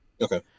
Okay